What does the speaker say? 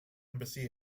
embassy